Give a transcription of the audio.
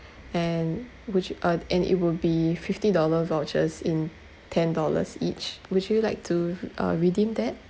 and which uh and it would be fifty dollar vouchers in ten dollars each would you like to uh redeem that